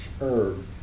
herb